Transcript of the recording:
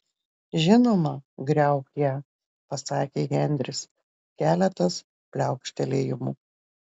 žinoma griauk ją pasakė henris keletas pliaukštelėjimų